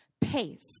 pace